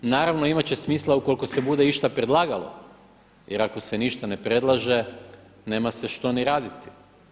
Naravno imati će smisla ukoliko se bude išta predlagalo jer ako se ništa ne predlaže nema se što ni raditi.